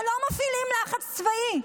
אבל לא מפעילים לחץ צבאי,